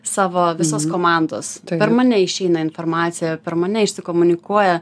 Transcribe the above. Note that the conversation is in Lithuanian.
savo visos komandos per mane išeina informacija per mane išsikomunikuoja